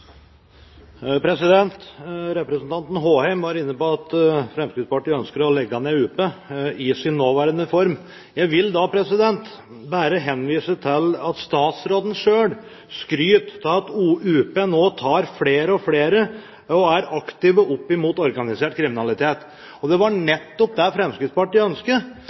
Representanten Håheim var inne på at Fremskrittspartiet ønsker å legge ned UP i sin nåværende form. Jeg vil da bare henvise til at statsråden selv skryter av at UP nå tar flere og flere og er aktive opp mot organisert kriminalitet. Det var nettopp det Fremskrittspartiet